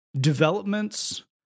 developments